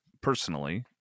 personally